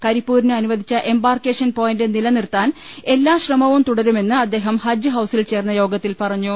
കരിപ്പൂരിന് അനുവദിച്ച embarkation point നിലനിർത്താൻ എല്ലാ ശ്രമവും തുടരുമെന്ന് അദ്ദേഹം ഹജ്ജ് ഹൌസിൽ ചേർന്ന യോഗത്തിൽ പറഞ്ഞു